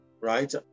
right